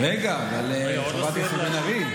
רגע, חברת הכנסת בן ארי.